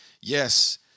yes